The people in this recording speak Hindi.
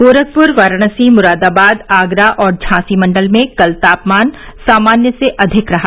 गोरखपुर वाराणसी मुरादाबाद आगरा और झांसी मंडल में कल तापमान सामान्य से अधिक रहा